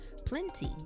plenty